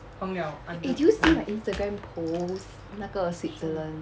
eh did you see my instagram post 那个 switzerland